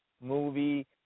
movie